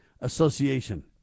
Association